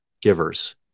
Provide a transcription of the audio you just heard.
givers